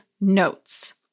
notes